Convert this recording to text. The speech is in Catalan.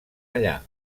allà